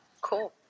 cool